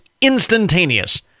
instantaneous